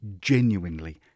genuinely